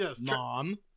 Mom